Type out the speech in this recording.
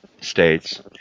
states